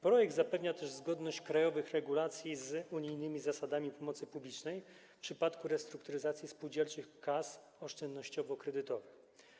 Projekt zapewnia też zgodność krajowych regulacji z unijnymi zasadami pomocy publicznej w przypadku restrukturyzacji spółdzielczych kas oszczędnościowo-kredytowych.